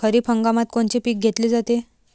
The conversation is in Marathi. खरिप हंगामात कोनचे पिकं घेतले जाते?